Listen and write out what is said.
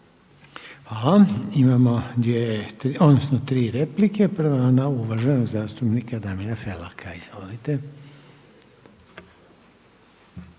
Hvala. Imamo tri replike. Prva je ona uvaženog zastupnika Damira Felaka. Izvolite.